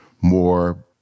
more